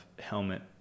helmet